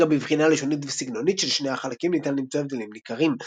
גם בבחינה לשונית וסגנונית של שני החלקים ניתן למצוא הבדלים ניכרים.